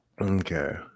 Okay